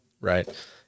right